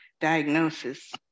diagnosis